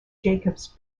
jacobs